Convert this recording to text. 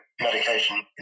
medication